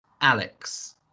Alex